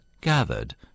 gathered